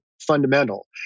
fundamental